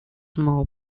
mob